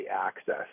access